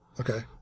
Okay